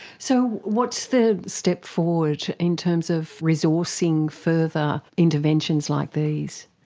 so what's the step forward in terms of resourcing further interventions like these?